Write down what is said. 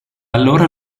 allora